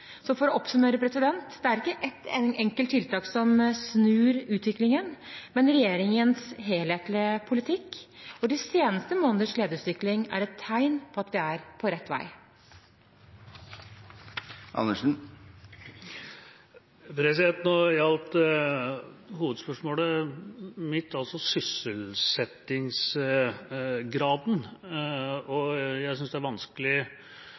For å oppsummere: Det er ikke ett enkelt tiltak som snur utviklingen, men regjeringens helhetlige politikk. De seneste måneders ledighetsutvikling er et tegn på at vi er på rett vei. Nå gjaldt hovedspørsmålet mitt sysselsettingsgraden, og jeg synes det er vanskelig